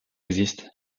existent